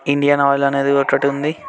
Indian Oil అనేది ఒకటి ఉంది